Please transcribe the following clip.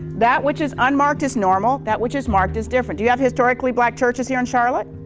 that which is unmarked is normal, that which is marked is different. do you have historically black churches here in charlotte?